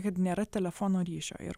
kad nėra telefono ryšio ir